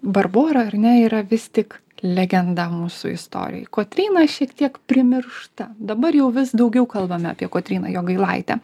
barbora ar ne yra vis tik legenda mūsų istorijoj kotryna šiek tiek primiršta dabar jau vis daugiau kalbame apie kotryną jogailaitę